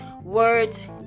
words